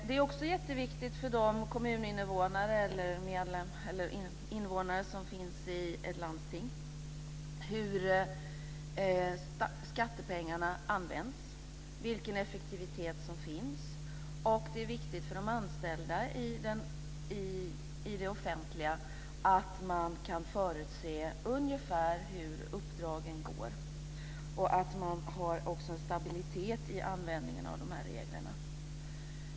Det är också jätteviktigt för kommuninvånarna och invånarna i landstingen hur skattepengarna används och vilken effektivitet som finns. Det är viktigt för de anställda i det offentliga att man kan förutse ungefär hur uppdragen går. Det är också viktigt att man har en stabilitet i användningen av de här reglerna.